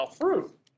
fruit